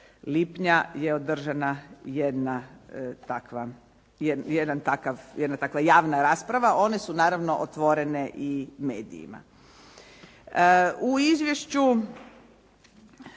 lipnja je održana jedna takva javna rasprava. One su naravno otvorene i medijima. U izvješću